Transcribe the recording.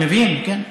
מבין, כן.